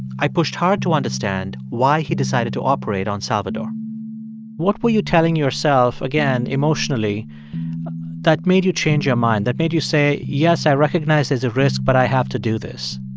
i pushed hard to understand why he decided to operate on salvador what were you telling yourself, again, emotionally that made you change your mind, that made you say, yes, i recognize there's a risk, but i have to do this?